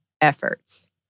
efforts